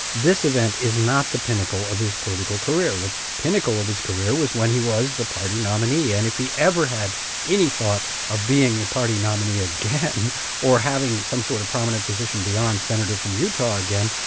this event is not the pinnacle of his political career. the pinnacle of his career was when he was the party nominee. and if he ever had any thought of being the party nominee again or having some sort of prominent position beyond senator from utah again,